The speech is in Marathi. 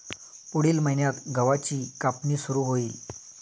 पुढील महिन्यात गव्हाची कापणी सुरू होईल